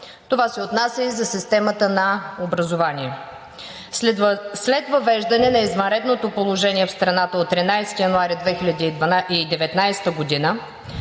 Това се отнася и за системата на образованието. След въвеждане на извънредното положение в страната от 13 януари 2019 г.,